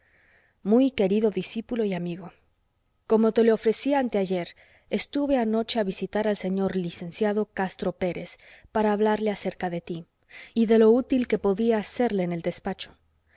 muy querido discípulo y amigo como te lo ofrecí anteayer estuve anoche a visitar al señor lic castro pérez para hablarle acerca de tí y de lo útil que podías serle en el despacho